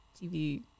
tv